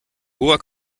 hoher